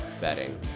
betting